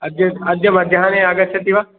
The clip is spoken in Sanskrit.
अद्य अद्य मध्याह्ने आगच्छति वा